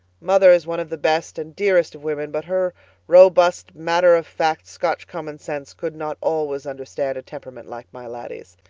mother is one of the best and dearest of women but her robust, matter-of-fact scotch common sense could not always understand a temperament like my laddie's.